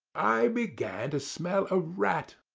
i began to smell a rat.